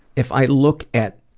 if i look at